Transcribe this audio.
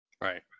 Right